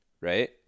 right